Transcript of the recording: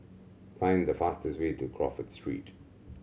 find the fastest way to Crawford Street